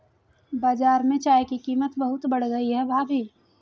बाजार में चाय की कीमत बहुत बढ़ गई है भाभी